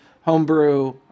homebrew